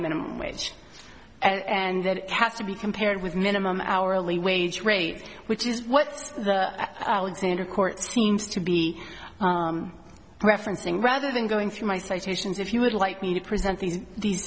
minimum wage and that has to be compared with minimum hourly wage rate which is what the examiner court seems to be referencing rather than going through my citations if you would like me to present these these